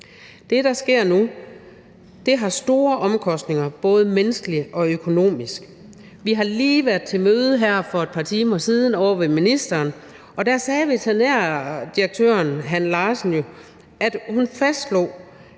Det, der sker nu, har store omkostninger, både menneskeligt og økonomisk. Vi har lige været til møde her for et par timer siden ovre ved ministeren, og der fastslog veterinærdirektør Hanne Larsen, at mink